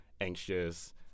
anxious